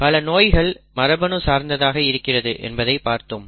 பல நோய்கள் மரபணு சார்ந்ததாக இருக்கிறது என்பதை பார்த்தோம்